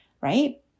right